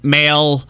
male